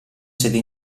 sede